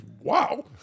wow